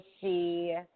see